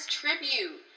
tribute